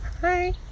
Hi